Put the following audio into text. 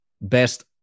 best